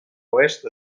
oest